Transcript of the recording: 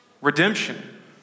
Redemption